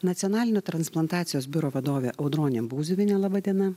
nacionalinio transplantacijos biuro vadovė audronė būziuvienė laba diena